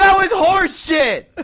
was horseshit!